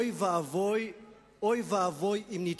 גם על קמפ-דייוויד, - אוי ואבוי אם נתייאש.